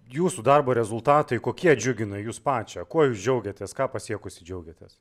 jūsų darbo rezultatai kokie džiugina jus pačią kuo jūs džiaugiatės ką pasiekusi džiaugiatės